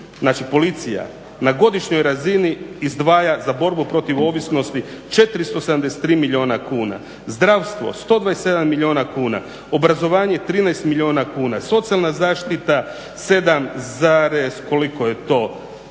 policija, na godišnjoj razini izdvaja za borbu protiv ovisnosti 473 milijuna kuna, zdravstvo 127 milijuna kuna, obrazovanje 13 milijuna kuna, socijalna zaštita 7, koliko je to,